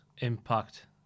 Impact